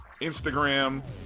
Instagram